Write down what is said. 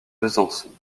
besançon